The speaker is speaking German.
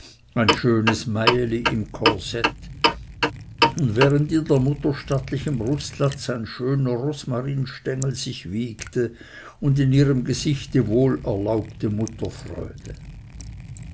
ein schönes meieli im corset während in der mutter stattlichem brustlatz ein schöner rosmarinstengel sich wiegte und in ihrem gesichte wohl